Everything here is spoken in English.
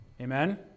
Amen